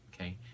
Okay